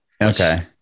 Okay